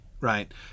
right